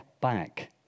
back